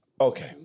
Okay